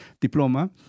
diploma